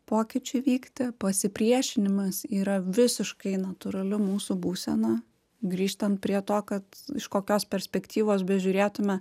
pokyčiui vykti pasipriešinimas yra visiškai natūrali mūsų būsena grįžtant prie to kad iš kokios perspektyvos bežiūrėtume